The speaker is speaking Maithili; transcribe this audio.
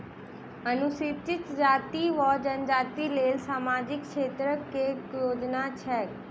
अनुसूचित जाति वा जनजाति लेल सामाजिक क्षेत्रक केँ योजना छैक?